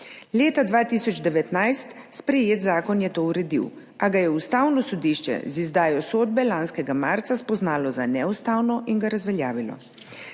Leta 2019 sprejeti zakon je to uredil, a ga je Ustavno sodišče z izdajo sodbe lanskega marca spoznalo za neustavnega in ga razveljavilo.